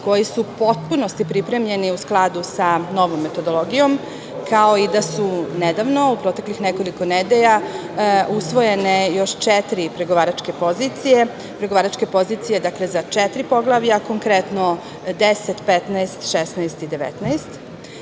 koji su u potpunosti pripremljeni u skladu sa novom metodologijom, kao i da su nedavno u proteklih nekoliko nedelja usvojene još četiri pregovaračke pozicije, dakle, pregovaračke pozicije za četiri poglavlja, konkretno, 10, 15, 16 i 19,